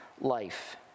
life